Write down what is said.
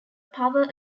power